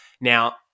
Now